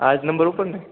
આજ નંબર ઉપરને